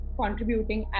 contributing